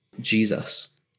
Jesus